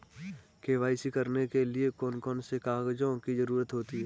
KYC करने के लिए कौन कौन से कागजों की जरूरत होती है?